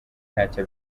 ntacyo